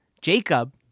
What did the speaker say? Jacob